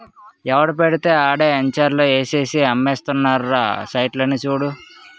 ఎవడు పెడితే ఆడే ఎంచర్లు ఏసేసి అమ్మేస్తున్నారురా సైట్లని చూడు